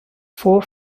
four